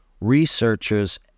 researchers